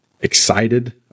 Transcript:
excited